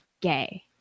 Gay